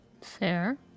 fair